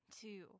two